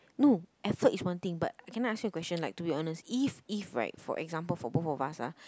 no effort is one thing but can I ask you a question like to be honest if if right for example for both of us ah